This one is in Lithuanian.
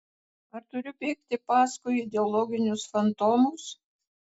ar turiu bėgti paskui ideologinius fantomus